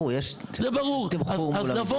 אז בואו, אז יש תמחור מול המדינה.